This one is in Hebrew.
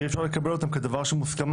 ואי אפשר לקבל אותם כדבר שהוא מוסכמה,